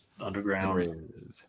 underground